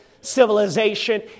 civilization